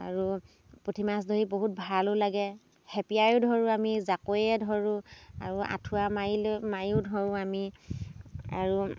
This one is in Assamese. আৰু পুঠি মাছ ধৰি বহুত ভালো লাগে খেপিয়ায়ো ধৰোঁ আমি জাকৈয়ে ধৰোঁ আৰু আঠুৱা মাৰিলৈ মাৰিও ধৰোঁ আমি আৰু